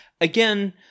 again